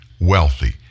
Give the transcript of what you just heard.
wealthy